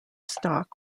stock